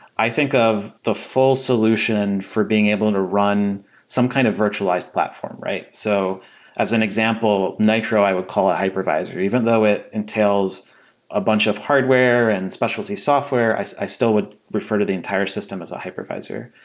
i think of the full solution for being able to run some kind of virtualized platform, right? so as an example, nitro i would call a hypervisor even though it entails a bunch of hardware and specialty software. i i still would refer to the entire system as a hypervisor.